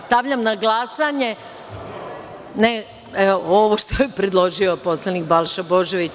Stavljam na glasanje ovo što je predložio poslanik Balša Božović.